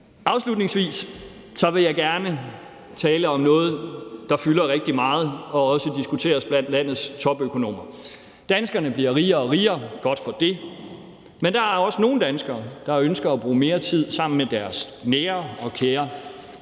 Afslutningsvis vil jeg gerne tale om noget, der fylder rigtig meget og også diskuteres blandt landets topøkonomer. Danskerne bliver rigere og rigere – godt for det – men der er også nogle danskere, der ønsker at bruge mere tid sammen med deres nære og kære.